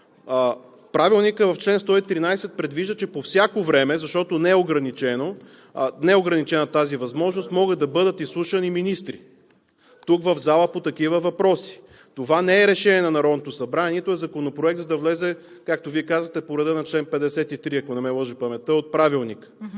Правилникът в чл. 113 предвижда, че по всяко време, защото не е ограничена тази възможност, могат да бъдат изслушвани министри тук в залата по такива въпроси. Това не е решение на Народното събрание, нито е законопроект, за да влезе, както Вие казвате, по реда на чл. 53, ако не ме лъже паметта, от Правилника.